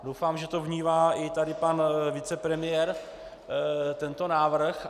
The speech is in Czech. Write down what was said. Doufám, že to vnímá i tady pan vicepremiér, tento návrh.